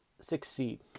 succeed